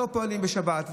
לא פועלים בשבת.